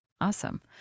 Awesome